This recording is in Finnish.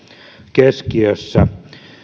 keskiössä